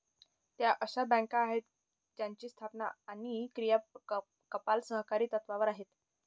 त्या अशा बँका आहेत ज्यांची स्थापना आणि क्रियाकलाप सहकारी तत्त्वावर आहेत